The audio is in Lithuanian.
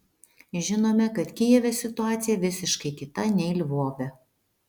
žinome kad kijeve situacija visiškai kita nei lvove